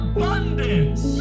Abundance